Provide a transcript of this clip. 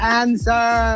answer